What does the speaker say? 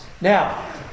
Now